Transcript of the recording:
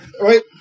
right